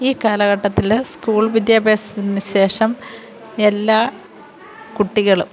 ഈ കാലഘട്ടത്തിൽ സ്കൂള് വിദ്യാഭ്യാസത്തിന് ശേഷം എല്ലാ കുട്ടികളും